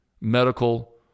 medical